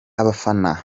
abafana